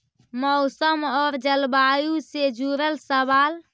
मौसम और जलवायु से जुड़ल सवाल?